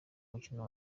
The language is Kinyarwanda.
mukino